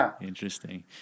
interesting